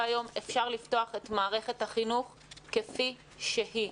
היום אפשר לפתוח את מערכת החינוך כפי שהיא.